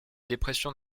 dépression